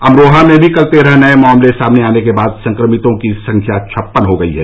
अमरोहा में भी कल तेरह नए मामले सामने आने के बाद संक्रमितों की संख्या छप्पन हो गई है